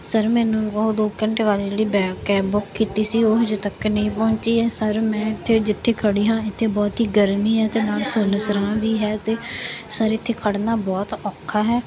sir ਮੈਨੂੰ ਉਹ ਦੋ ਘੰਟੇ ਵਾਲੀ ਜਿਹੜੀ ਬੈ ਕੈਬ ਬੁੱਕ ਕੀਤੀ ਸੀ ਉਹ ਹਜੇ ਤੱਕ ਨਹੀਂ ਪਹੁੰਚੀ ਹੈ ਸਰ ਮੈਂ ਇੱਥੇ ਜਿੱਥੇ ਖੜ੍ਹੀ ਹਾਂ ਇੱਥੇ ਬਹੁਤ ਹੀ ਗਰਮੀ ਹੈ ਅਤੇ ਨਾਲ ਸੁੰਨ ਸਰਾਂ ਵੀ ਹੈ ਅਤੇ ਸਰ ਇੱਥੇ ਖੜ੍ਹਨਾ ਬਹੁਤ ਔਖਾ ਹੈ